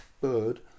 bird